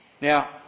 Now